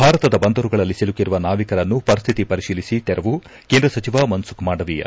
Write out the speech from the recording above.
ಭಾರತದ ಬಂದರುಗಳಲ್ಲಿ ಸಿಲುಕಿರುವ ನಾವಿಕರನ್ನು ಪರಿಸ್ಥಿತಿ ಪರಿಶೀಲಿಸಿ ತೆರವು ಕೇಂದ್ರ ಸಚಿವ ಮನ್ಸುಖ್ ಮಾಂಡವೀಯ